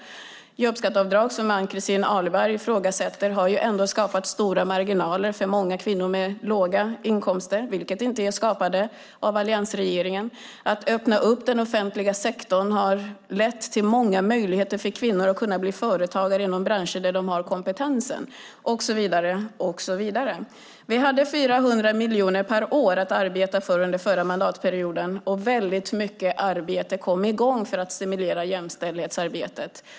Jobbskatteavdraget, som Ann-Christin Ahlberg ifrågasätter, har ändå skapat stora marginaler för många kvinnor med låga inkomster - som inte är skapade av alliansregeringen. Att öppna upp den offentliga sektorn har lett till många möjligheter för kvinnor att bli företagare inom de branscher de har kompetens i, och så vidare. Vi hade 400 miljoner per år att arbeta med under förra mandatperioden, och väldigt mycket arbete kom i gång för att stimulera jämställdhetsarbetet.